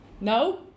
No